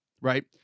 Right